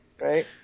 Right